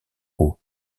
eau